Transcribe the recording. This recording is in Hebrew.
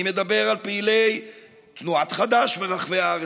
אני מדבר למשל על פעילי תנועת חד"ש ברחבי הארץ,